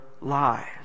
lives